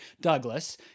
Douglas